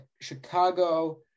Chicago